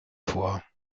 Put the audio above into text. vor